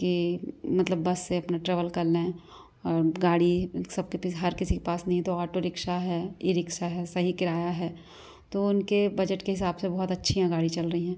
कि मतलब बस से अपना ट्रेवल कर लें और गाड़ी सबके पेस हर किसी के पास नहीं है तो ऑटो रिक्शा है ई रिक्शा है सही किराया है तो उनके बजट के हिसाब से बहुत अच्छी यहाँ गाड़ी चल रहीं हैं